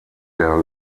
der